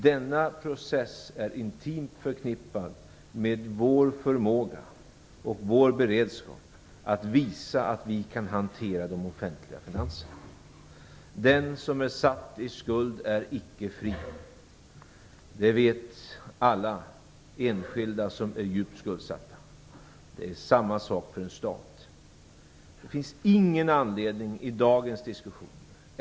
Denna process är intimt förknippad med vår förmåga och vår beredskap att visa att vi kan hantera de offentliga finanserna. Den som är satt i skuld är icke fri. Det vet alla enskilda som är djupt skuldsatta. Samma sak är det för en stat.